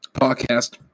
podcast